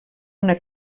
una